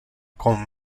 con